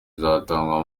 zizatangwa